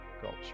Culture